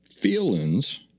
Feelings